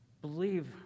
Believe